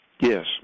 yes